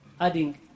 adding